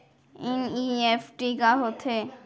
NEFT का होथे?